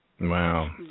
Wow